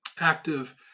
active